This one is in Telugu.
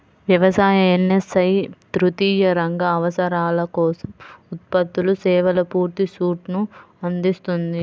వ్యవసాయ, ఎస్.ఎస్.ఐ తృతీయ రంగ అవసరాల కోసం ఉత్పత్తులు, సేవల పూర్తి సూట్ను అందిస్తుంది